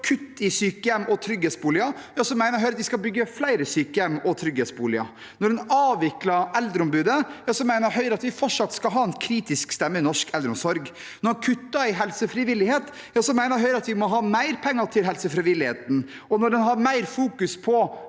kutt i sykehjem og trygghetsboliger, mener Høyre at vi skal bygge flere sykehjem og trygghetsboliger. Når en avvikler Eldreombudet, mener Høyre at vi fortsatt skal ha en kritisk stemme i norsk eldreomsorg. Når en kutter i helsefrivilligheten, mener Høyre at vi må ha mer penger til helsefrivilligheten, og når en fokuserer mer på